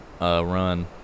run